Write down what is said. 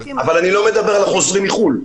אבל אני לא מדבר על החוזרים מחו"ל,